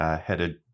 headed